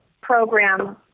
program